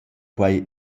quai